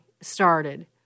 started